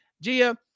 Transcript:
Gia